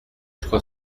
trois